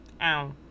Ow